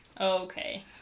Okay